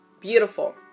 beautiful